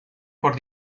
por